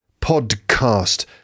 Podcast